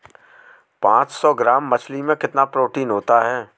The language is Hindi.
पांच सौ ग्राम मछली में कितना प्रोटीन होता है?